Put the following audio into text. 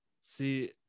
See